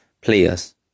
players